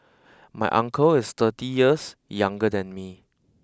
my uncle is thirty years younger than me